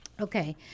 Okay